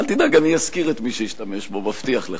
אל תדאג, אני אזכיר את מי שהשתמש בו, מבטיח לך.